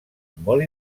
molt